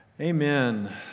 Amen